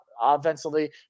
offensively